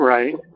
Right